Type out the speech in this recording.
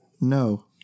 No